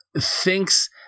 thinks